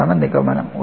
അതാണ് നിഗമനം